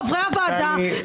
חברי הוועדה,